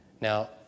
Now